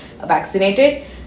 vaccinated